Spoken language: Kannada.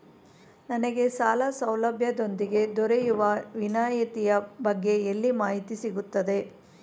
ನನಗೆ ಸಾಲ ಸೌಲಭ್ಯದೊಂದಿಗೆ ದೊರೆಯುವ ವಿನಾಯತಿಯ ಬಗ್ಗೆ ಎಲ್ಲಿ ಮಾಹಿತಿ ಸಿಗುತ್ತದೆ?